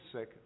sick